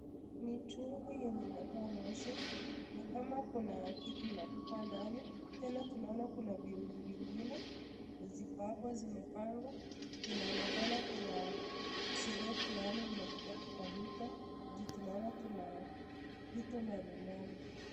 Mitungi inatoa moshi nikama kuna kitu inapikwa ndani tena tunaona kuna viungo vingine ziko hapo zimepangwa. Inaonekana kuna sherehe fulani inataka kufanyika juu tunaona kuna vitu mbalimbali.